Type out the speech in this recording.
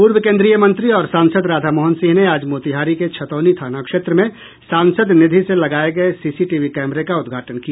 पूर्व केन्द्रीय मंत्री और सांसद राधामोहन सिंह ने आज मोतिहारी के छतौनी थाना क्षेत्र में सांसद निधि से लगाये गये सीसीटीवी कैमरे का उद्घाटन किया